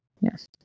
Yes